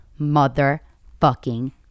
motherfucking